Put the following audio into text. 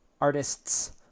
artists